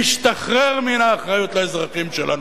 להשתחרר מהאחריות לאזרחים שלנו.